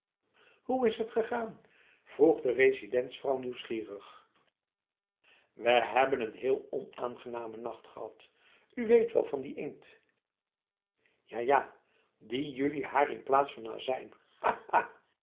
hoe is het gegaan vroeg de residentsvrouw nieuwsgierig we hebben een heel onaangename nacht gehad u weet wel van die inkfl ja ja die jullie haar in